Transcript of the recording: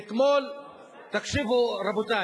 אתמול, תקשיבו, רבותי,